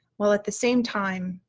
while at the same time,